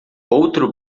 outro